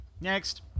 Next